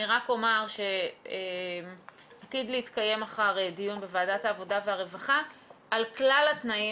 אני רק אומר שבמחר בוועדת העבודה והרווחה אמור להתנהל